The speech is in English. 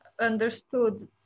understood